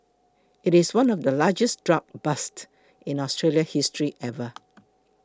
it is one of the largest drug busts in Australian history ever